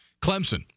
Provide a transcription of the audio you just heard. Clemson